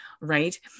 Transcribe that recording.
Right